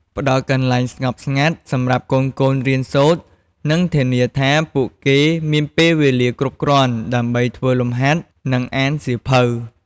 ផ្តល់កន្លែងស្ងប់ស្ងាត់សម្រាប់កូនៗរៀនសូត្រ និងធានាថាពួកគេមានពេលវេលាគ្រប់គ្រាន់ដើម្បីធ្វើលំហាត់ និងអានសៀវភៅ។